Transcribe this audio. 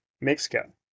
Mexico